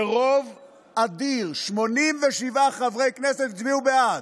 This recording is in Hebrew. ברוב אדיר: 87 חברי כנסת הצביעו בעד,